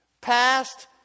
past